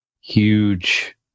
huge